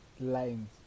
lines